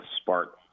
spark